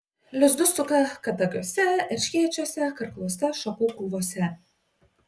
lizdus suka kadagiuose erškėčiuose karkluose šakų krūvose